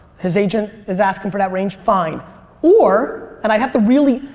his agent is asking for that range fine or and i'd have to really,